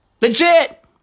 Legit